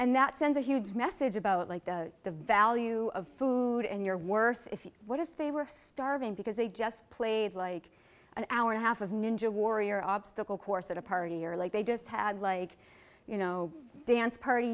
and that sends a huge message about like the value of food and your worth if you what if they were starving because they just played like an hour and a half of ninja warrior obstacle course at a party or like they just had like you know dance party